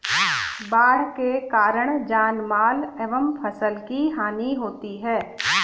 बाढ़ के कारण जानमाल एवं फसल की हानि होती है